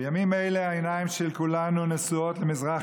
בימים אלה העיניים של כולנו נשואות למזרח